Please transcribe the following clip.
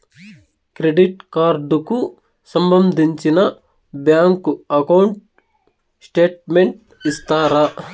Credit card కు సంబంధించిన bank account statement ఇస్తారా?